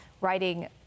writing